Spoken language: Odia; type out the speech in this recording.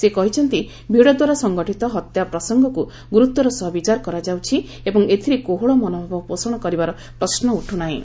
ସେ କହିଛନ୍ତି ଭିଡ଼ଦ୍ୱାରା ସଙ୍ଗଠିତ ହତ୍ୟଶ ପ୍ରସଙ୍ଗକୁ ଗ୍ରର୍ତ୍ୱର ସହ ବିଚାର କରାଯାଉଛି ଏବଂ ଏଥିରେ କୋହଳ ମନୋଭାବ ପୋଷଣ କରିବାର ପ୍ରଶ୍ନ ଉଠୁ ନାହିଁ